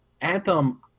Anthem